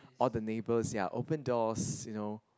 all the neighbours ya open doors you know